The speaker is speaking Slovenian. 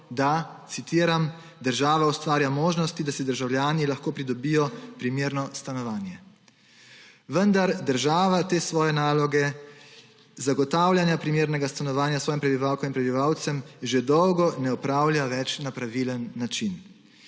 da, citiram, »država ustvarja možnosti, da si državljani lahko pridobijo primerno stanovanje«. Vendar država te svoje naloge zagotavljanja primernega stanovanja svojim prebivalkam in prebivalcem že dolgo ne opravlja več na pravilen način.